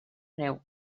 neu